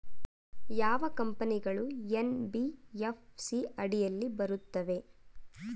ಯಾವ ಕಂಪನಿಗಳು ಎನ್.ಬಿ.ಎಫ್.ಸಿ ಅಡಿಯಲ್ಲಿ ಬರುತ್ತವೆ?